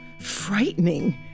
frightening